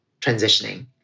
transitioning